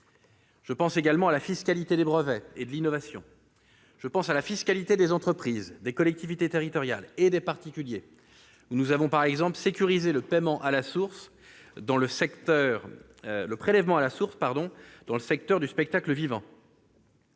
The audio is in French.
groupe de suivi, à la fiscalité des brevets et de l'innovation, et à la fiscalité des entreprises, des collectivités territoriales et des particuliers. Nous avons, par exemple, sécurisé le prélèvement à la source dans le secteur du spectacle vivant.